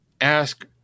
ask